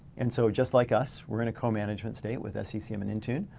and so it just like us we're in a co-management state with sccm and intune.